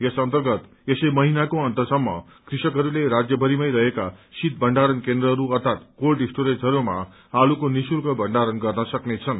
यस अन्तर्गत यसै महिनाको अन्तसम्म कृषकहरूले राज्यभरिमै रहेका श्रीत भण्डारण केन्द्रहरू अर्यात कोल्ड स्टोरेजहरूमा आलुको निःशुल्क मण्डारण गर्न सक्नेछन्